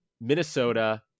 Minnesota